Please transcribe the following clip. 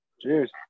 Cheers